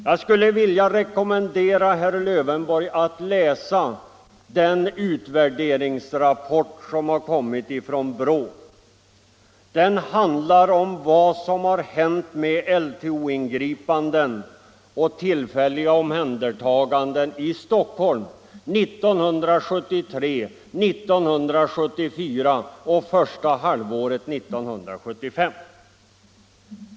Jag skulle vilja rekommendera herr Lövenborg att läsa den utvärderingsrapport som har kommit från brottsförebyggande rådet. Den handlar om vad som hänt med LTO-ingripanden och tillfälliga omhändertaganden i Stockholm 1973, 1974 och första halvåret 1975.